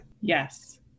Yes